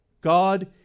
God